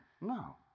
No